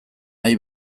nahi